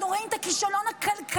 אנחנו רואים את הכישלון הכלכלי,